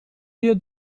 wir